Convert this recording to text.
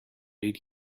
did